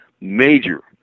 major